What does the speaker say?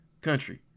country